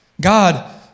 God